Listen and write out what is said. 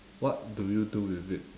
what do you do with it